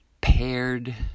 paired